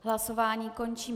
Hlasování končím.